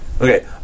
Okay